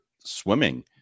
swimming